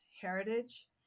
heritage